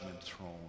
throne